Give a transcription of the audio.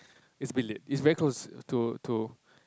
it's been late it's very close to to